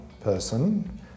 person